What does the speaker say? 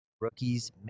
rookies